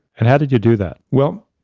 and how did you do that? well,